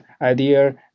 idea